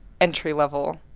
entry-level